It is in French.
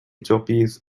torpilles